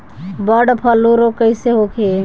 Bird flu रोग कईसे होखे?